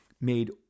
made